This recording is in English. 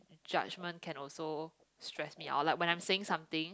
judgement can also stress me out like when I'm saying something